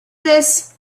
this